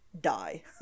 die